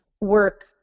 work